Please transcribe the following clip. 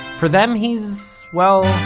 for them he's, well,